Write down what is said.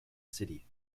city